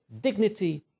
dignity